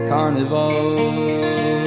Carnival